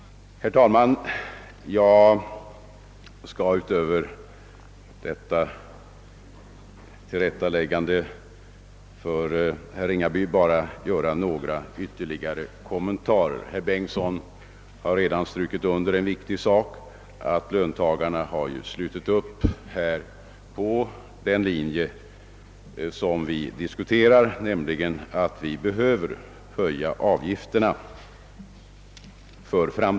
Herr talman! Jag skall utöver detta tillrättaläggande bara göra ett par kommentarer. Herr Bengtsson i Varberg har redan understrukit en viktig sak, nämligen att löntagarna har slutit upp kring förslaget om en höjning av avgifterna.